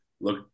look